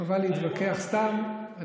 חבל להתווכח סתם.